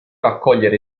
raccogliere